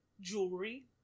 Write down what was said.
jewelry